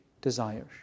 desires